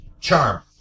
charm